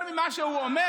מה שאני אומר,